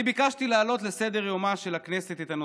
אני ביקשתי להעלות לסדר-יומה של הכנסת את הנושא.